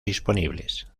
disponibles